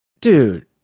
Dude